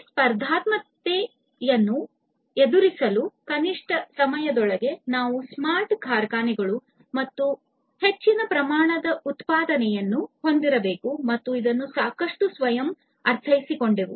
ಈ ಸ್ಪರ್ಧಾತ್ಮಕತೆಯನ್ನು ಎದುರಿಸಲು ಕನಿಷ್ಠ ಸಮಯದೊಳಗೆ ನಾವು ಸ್ಮಾರ್ಟ್ ಕಾರ್ಖಾನೆಗಳು ಮತ್ತು ಹೆಚ್ಚಿನ ಪ್ರಮಾಣದ ಉತ್ಪಾದನೆಯನ್ನು ಹೊಂದಿರಬೇಕು ಮತ್ತು ಇದನ್ನು ಸಾಕಷ್ಟು ಸ್ವಯಂ ಅರ್ಥೈಸಿಕೊಂಡೆವು